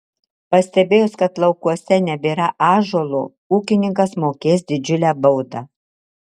pastebėjus kad laukuose nebėra ąžuolo ūkininkas mokės didžiulę baudą